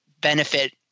benefit